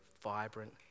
vibrant